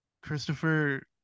Christopher